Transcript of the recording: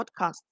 podcast